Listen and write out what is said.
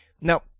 Now